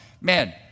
man